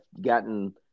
gotten